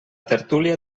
tertúlia